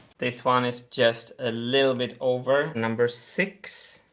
this one is just a little bit over number six,